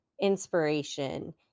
inspiration